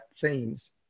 themes